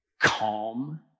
calm